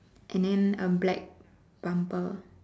and then a black bumper